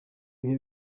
bihe